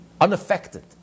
unaffected